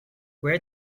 where